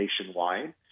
nationwide